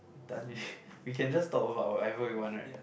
done we can just talk about whatever we want right